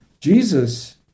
Jesus